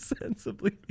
sensibly